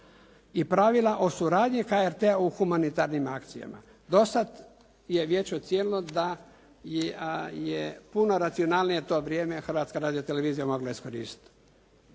i pravila o suradnji HRT-a u humanitarnim akcijama. Do sad je vijeće ocijenilo da je puno racionalnije to vrijeme Hrvatska radiotelevizija mogla iskoristiti.